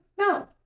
No